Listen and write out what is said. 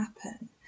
happen